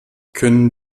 können